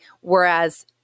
whereas